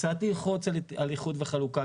קצת ללחוץ על איחוד וחלוקה,